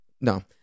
No